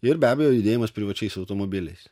ir be abejo judėjimas privačiais automobiliais